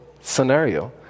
scenario